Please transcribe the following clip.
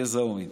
גזע או מין.